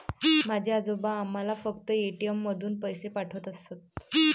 माझे आजोबा आम्हाला फक्त ए.टी.एम मधून पैसे पाठवत असत